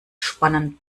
spannend